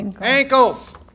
ankles